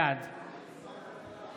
בעד ישראל כץ,